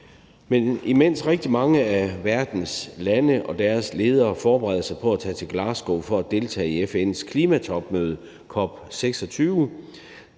Men imens rigtig mange af verdens lande og deres ledere forbereder sig på at tage til Glasgow for at deltage i FN's klimatopmøde, COP26,